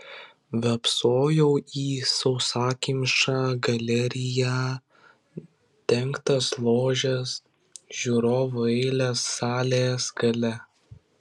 vėpsojau į sausakimšą galeriją dengtas ložes žiūrovų eiles salės gale